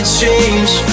change